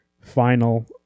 final